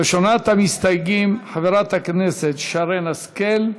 ראשונת המסתייגים, חברת הכנסת שרן השכל.